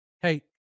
hey